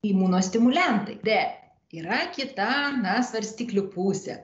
imunostimuliantai bet yra kita na svarstyklių pusė